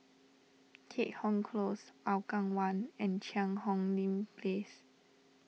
Keat Hong Close Hougang one and Cheang Hong Lim Place